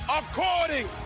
according